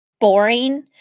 boring